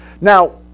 Now